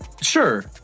Sure